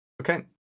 Okay